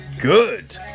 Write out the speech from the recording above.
good